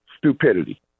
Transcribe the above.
stupidity